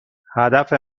هدف